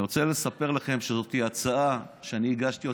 אני רוצה לספר לכם שזאת הצעה שאני הגשתי,